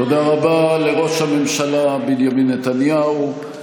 תודה רבה לראש הממשלה בנימין נתניהו.